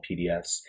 pdfs